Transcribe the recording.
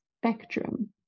spectrum